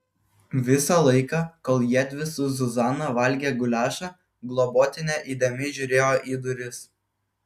visą laiką kol jiedvi su zuzana valgė guliašą globotinė įdėmiai žiūrėjo į duris